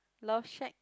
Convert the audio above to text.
love shack